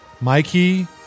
Mikey